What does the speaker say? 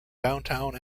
downtown